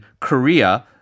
Korea